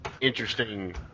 interesting